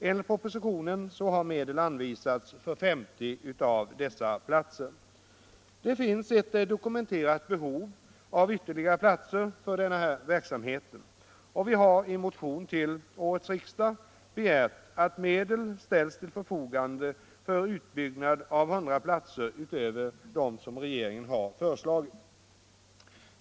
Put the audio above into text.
Enligt propositionen har medel anvisats för 50 av dessa platser. Det finns ett dokumenterat behov av ytterligare platser för denna verksamhet. Vi har i en motion till årets riksdag begärt att medel ställs till förfogande för utbyggnad av 100 platser utöver vad regeringen har föreslagit.